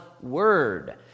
word